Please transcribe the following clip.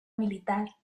militar